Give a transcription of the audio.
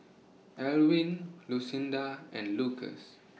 Alwine Lucinda and Lucas